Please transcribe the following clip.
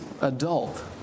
adult